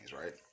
right